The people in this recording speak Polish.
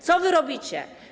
Co wy robicie?